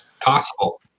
Possible